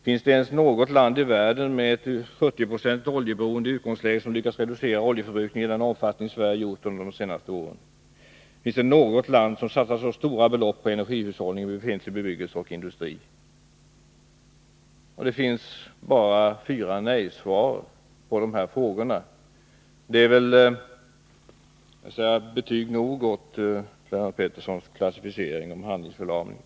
Finns det ens något land i världen med ett 70-procentigt oljeberoende i utgångsläget som lyckats reducera oljeförbrukningen i den omfattning Sverige gjort under de senaste åren? Finns det något land som satsat så stora belopp på energihushållning i befintlig bebyggelse och industri?” Det finns bara nej-svar på de här fyra frågorna. Det är också svar nog på Lennart Petterssons klassificering när han talade om handlingsförlamning.